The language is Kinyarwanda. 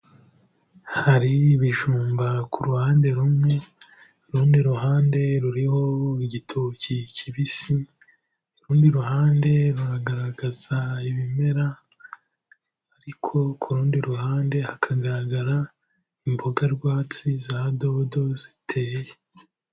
Hari ibijumba ku ruhande rumwe, urundi ruhande ruriho igitoki kibisi, urundi ruhande rugaragaza ibimera ariko ku rundi ruhande hakagaragara imboga rwatsi za dodo ziteye.